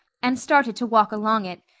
and started to walk along it,